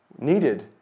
needed